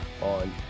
on